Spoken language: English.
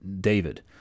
David